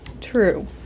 True